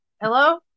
hello